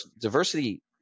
diversity